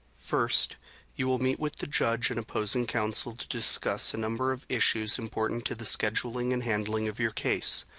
first you will meet with the judge and opposing counsel to discuss a number of issues important to the scheduling and handling of your case.